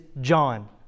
John